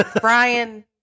brian